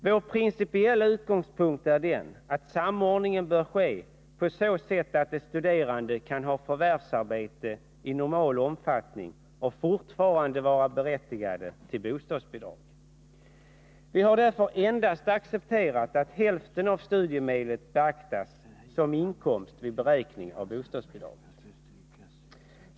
Vår principiella utgångspunkt är den att en samordning bör ske på så sätt att de studerande kan ha förvärvsarbete i normal omfattning och fortfarande vara berättigade till bostadsbidrag. Vi har därför endast accepterat att halva studiemedelsbeloppet betraktas som inkomst vid beräkning av bostadsbidrag.